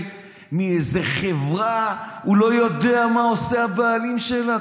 מאיזו חברה שהוא לא יודע מה עושה הבעלים שלה.